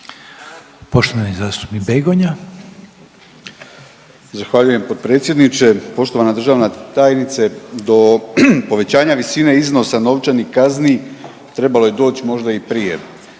Poštovani zastupnik Begonja.